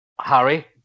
Harry